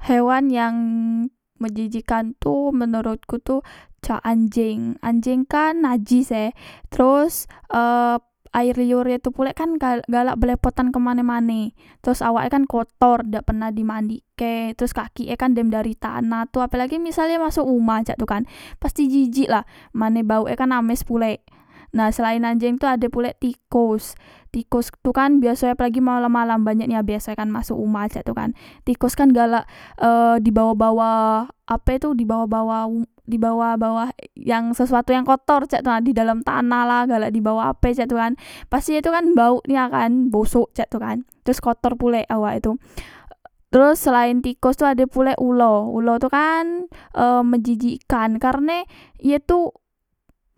Hewan yang menjijikan tu menorotku tu cak anjeng anjeng kan najis e teros e air liur e pulek kan galak belepotan kemane mane teros awake kan kotor dak pernah dimandikke teros kakik e kan dem dari tanah tu apelagi misal e masok uma cak tu kan pasti jijik lah mane bauk e kan amis pulek nah selaen anjeng tu ade pulek tikos tikos tu kan biaso apolagi malam malam banyak nian biaso e kan masok uma cak tu kan tikos kan galak e dibawah bawah ape tu dibawah bawah dibawah bawah yang sesuatu yang kotor cak tu nah di dalam tanah lah galak dibawah cak tu kan pasti ye tukan bauk nian kan bosok cak tu kan teros kotor pulek awak e tu teros selaen tikos tu ade pulek ulo ulo tu kan e menjijikan karne ye tu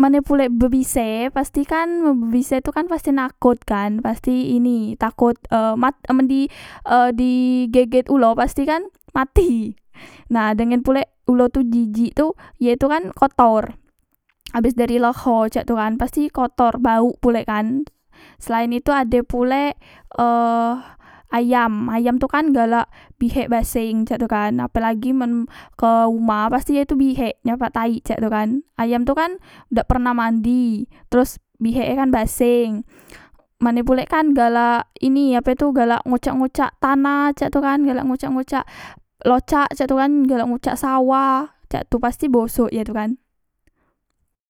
mane pulek bebise pastikan bebise pastikan bise tu kan nakot kan pasti ini takot e mat men di e di geget ulo pastikan mati nah dengan pulek ulo tu jijik tu ye tu kan kotor abes dari leho cak tu kan pasti kotor bauk pulek kan selaen itu ade pulek e ayam ayam tu kan galak bihek baseng cak tu kan apelagi men ke uma pasti ye tu bihek nyapak taik cak tu kan dem tu kan dak pernah mandi teros bihek e kan baseng mane pulek kan galak ini apetu galak ngucak ngucak tanah cak tu kan galak ngucak ngucak locak cak tu kan galak ngucak sawah cak tu pasti bosok ye tu kan